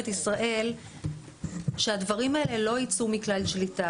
ישראל שהדברים האלה לא יצאו מכלל שליטה,